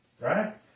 Right